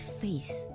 face